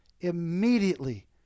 immediately